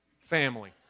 family